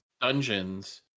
Dungeons